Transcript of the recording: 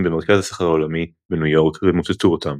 במרכז הסחר העולמי בניו יורק ומוטטו אותם.